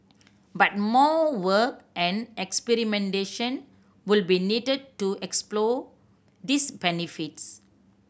but more work and experimentation would be needed to explore these benefits